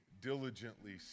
diligently